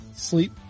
Sleep